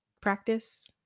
practice